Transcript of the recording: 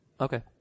Okay